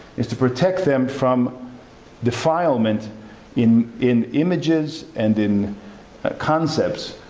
is to protect them from defilement in in images and in concepts.